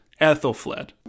ethelfled